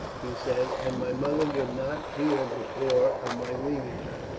he said, and my mother would not hear before of my leaving her.